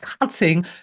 cutting